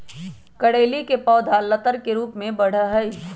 करेली के पौधवा लतर के रूप में बढ़ा हई